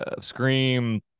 Scream